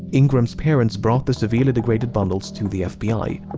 ingram's parents brought the severely degraded bundles to the fbi.